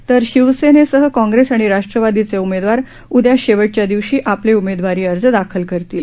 तर शिवसेनेसह काँग्रेस आणि राष्ट्रवादीचे उमेदवार उद्या शेवटच्या दिवशी आपले उमेदवारी अर्ज दाखल करतील